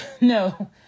No